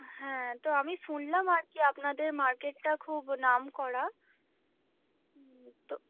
হ্যাঁ তো আমি শুনলাম আর কি আপনাদের মার্কেটটা খুব নাম করা তো